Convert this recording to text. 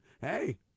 hey